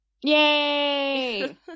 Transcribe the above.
Yay